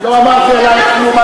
לא אמרתי עלייך כלום.